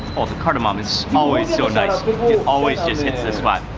oh, the cardamom is always so nice, it always just hits the spot.